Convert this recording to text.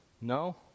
No